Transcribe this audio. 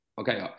Okay